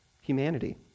humanity